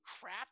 crap